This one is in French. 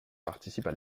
participent